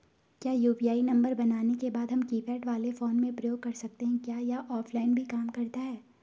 क्या UPI number बनाने के बाद हम कीपैड वाले फोन में प्रयोग कर सकते हैं क्या यह ऑफ़लाइन भी काम करता है?